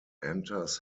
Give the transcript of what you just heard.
enters